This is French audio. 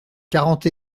quarante